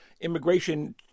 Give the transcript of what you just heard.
immigration